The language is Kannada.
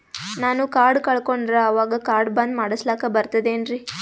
ನಾನು ಕಾರ್ಡ್ ಕಳಕೊಂಡರ ಅವಾಗ ಕಾರ್ಡ್ ಬಂದ್ ಮಾಡಸ್ಲಾಕ ಬರ್ತದೇನ್ರಿ?